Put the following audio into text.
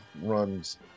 runs